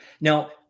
Now-